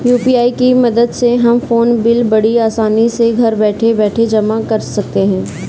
UPI की मदद से हम फ़ोन बिल बड़ी आसानी से घर बैठे भर सकते हैं